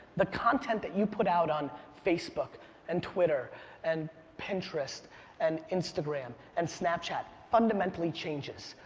the content that you put out on facebook and twitter and pinterest and instagram and snapchat, fundamentally changes.